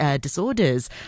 disorders